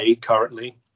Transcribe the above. currently